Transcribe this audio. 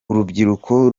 urubyiruko